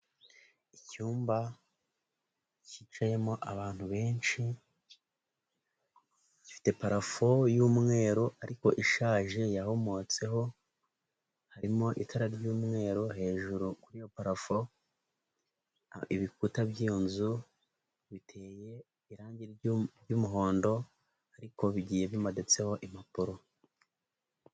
Icyumba cyicayemo abantu benshi, gifite parafo y'umweru ariko ishaje yahomotseho, harimo itara ry'umweru hejuru kuri iyo parafo, ibikuta by'iyo nzu biteye irangi ry'umuhondo ariko bigiye bimanitseho impapuro.